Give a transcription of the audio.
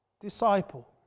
disciple